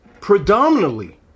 predominantly